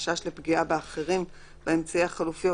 חשש לפגיעה באחרים באמצעי החלופי,